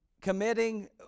committing